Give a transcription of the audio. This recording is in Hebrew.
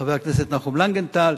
חבר הכנסת נחום לנגנטל.